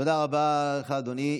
תודה רבה לך, אדוני.